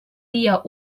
dia